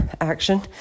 action